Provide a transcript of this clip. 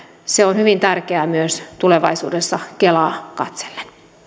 se on hyvin tärkeää myös tulevaisuudessa kelaa katsellen